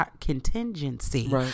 Contingency